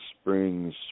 springs